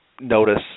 notice